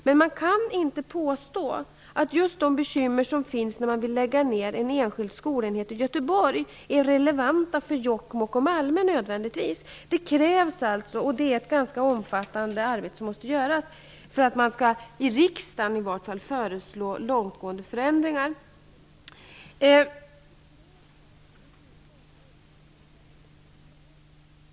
Men man kan inte påstå att just de bekymmer som finns när man vill lägga ner en enskild skolenhet i Göteborg nödvändigtvis är relevanta för Jokkmokk och Malmö. Det krävs ett ganska omfattande arbete för att i riksdagen föreslå långtgående förändringar.